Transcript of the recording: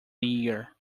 year